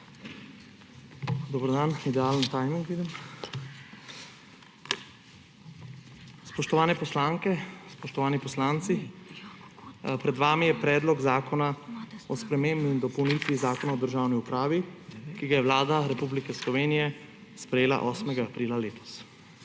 Dober dan. Idealen timing, vidim. Spoštovane poslanke, spoštovani poslanci! Pred vami je Predlog zakona o spremembi in dopolnitvi Zakona o državni upravi, ki ga je Vlada Republike Slovenije sprejela 8. aprila letos.